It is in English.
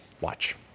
Watch